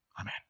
Amen